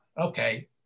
okay